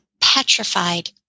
petrified